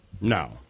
No